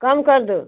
कम कर दो